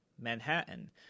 Manhattan